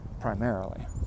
primarily